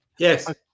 Yes